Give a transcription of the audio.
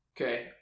Okay